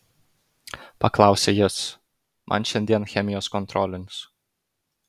paklausė jis man šiandien chemijos kontrolinis